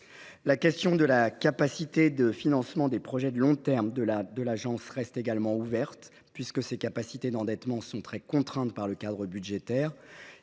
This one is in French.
La question de la capacité de financement de ses projets de long terme par l’Agence reste ouverte, alors que ses capacités d’endettement sont limitées par le cadre budgétaire.